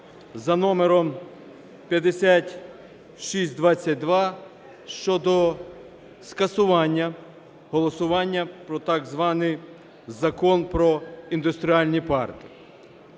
за номером 5622 щодо скасування голосування про так званий Закон "Про індустріальні парки".